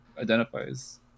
identifies